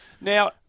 Now